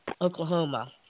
Oklahoma